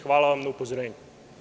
Hvala vam na upozorenju.